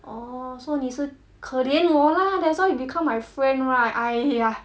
orh so 你是可怜我 lah that's why you become my friend right !aiya!